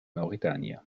mauritania